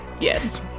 yes